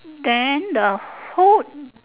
then the food